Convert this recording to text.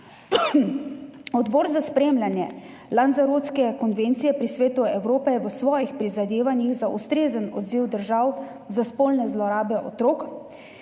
Odbor za spremljanje Lanzarotske konvencije pri Svetu Evrope je v svojih prizadevanjih za ustrezen odziv držav za spolne zlorabe otrok